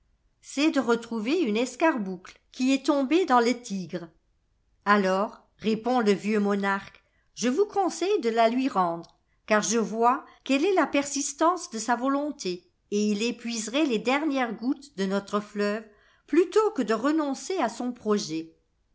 c'est de retrouver une escarboucle ui est lorabée dans le tigre alors repond le vieux monarque je vous conseille de la lui rendre car je vois quelle est la persistance de sa volonté et il épuiserait les dernières gouttes de notre fleuve plutôt que de renoncer à son projet